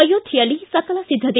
ಅಯೋಧ್ಯೆಯಲ್ಲಿ ಸಕಲ ಸಿದ್ದತೆ